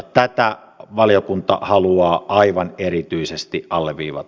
tätä valiokunta haluaa aivan erityisesti alleviivata